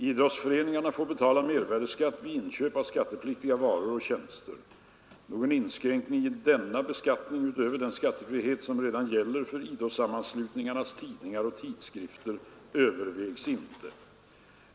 Idrottsföreningarna får betala mervärdeskatt vid inköp av skattepliktiga varor och tjänster. Någon inskränkning i denna beskattning utöver den skattefrihet som redan gäller för idrottssammanslutningarnas tidningar och tidskrifter övervägs inte.